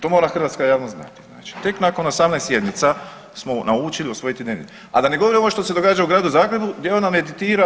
To mora hrvatska javnost znati, znači tek nakon 18 sjednica smo naučili usvojiti dnevni red, a da ne govorim ovo što se događa u gradu Zagrebu gdje ona meditira.